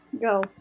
go